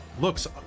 Looks